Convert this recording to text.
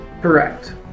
Correct